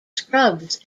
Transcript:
scrubs